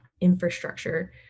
infrastructure